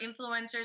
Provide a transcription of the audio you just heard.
influencers